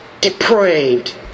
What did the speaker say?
depraved